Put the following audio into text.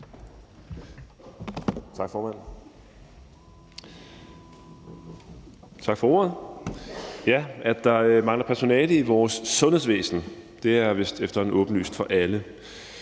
Tak for ordet, formand. At der mangler personale i vores sundhedsvæsen, er vist efterhånden åbenlyst for alle.